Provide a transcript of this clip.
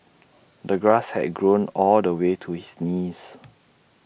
the grass had grown all the way to his knees